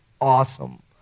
awesome